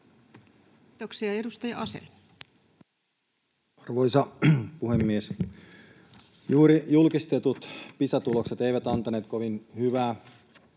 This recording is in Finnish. Kiitoksia. — Edustaja Asell. Arvoisa puhemies! Juuri julkistetut Pisa-tulokset eivät antaneet kovin hyvää